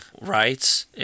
rights